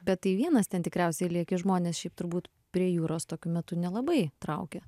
bet tai vienas ten tikriausiai lieki žmonės šiaip turbūt prie jūros tokiu metu nelabai traukia